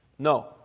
No